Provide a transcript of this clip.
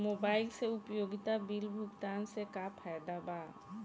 Mobile से उपयोगिता bill भुगतान से का फायदा बा?